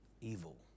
evil